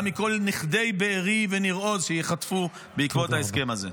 אלא גם מכל נכדי בארי וניר עוז שייחטפו בעקבות ההסכם הזה.